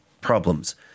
problems